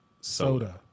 soda